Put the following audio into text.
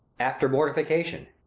after mortification.